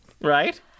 right